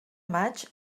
maig